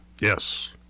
Yes